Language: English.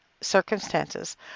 circumstances